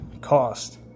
cost